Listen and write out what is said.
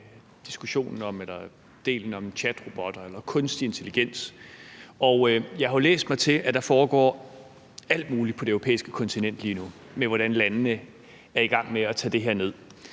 delen om chatrobotter eller kunstig intelligens. Og jeg har jo læst mig til, at der lige nu foregår alt muligt på det europæiske kontinent med, hvordan landene er i gang med at tage det her ned,